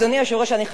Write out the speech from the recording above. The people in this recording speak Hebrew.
הוא אומר לך,